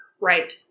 Right